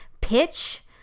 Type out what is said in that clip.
pitch